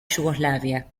yugoslavia